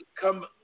come